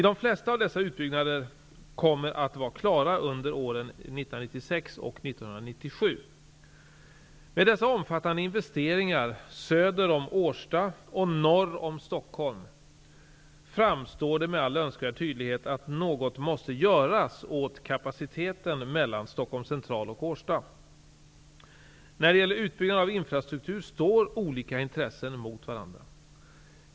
De flesta av dessa utbyggnader kommer att vara klara under åren 1996 och 1997. Med dessa omfattande investeringar söder om Årsta och norr om Stockholm framstår det med all önskvärd tydlighet att något måste göras åt kapaciteten mellan Stockholms central och Årsta. När det gäller utbyggnad av infrastruktur står olika intressen mot varandra.